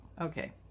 okay